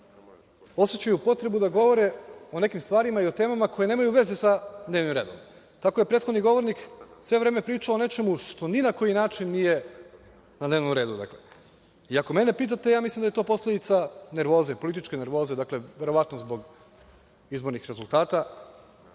osećaju potrebnu da govore o nekim stvarima i o temama koje nemaju veze sa dnevnim redom. Tako je prethodni govornik sve vreme pričao o nečemu što ni na koji način nije na dnevnom redu. Ako mene pitate, ja mislim da je to posledica nervoze, političke nervoze verovatno zbog izbornih rezultata